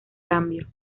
cambio